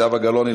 זהבה גלאון,